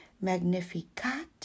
Magnificat